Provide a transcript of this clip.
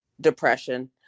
depression